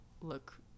look